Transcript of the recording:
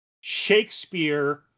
Shakespeare